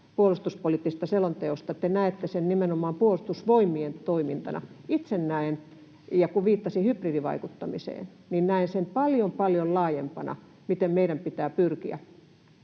puolustuspoliittisesta selonteosta, nimenomaan Puolustusvoimien toimintana. Itse näen sen, kun viittasin hybridivaikuttamiseen, paljon, paljon laajempana, mihin meidän pitää pyrkiä.